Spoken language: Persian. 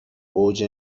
اوج